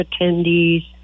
attendees